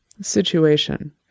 situation